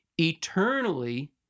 Eternally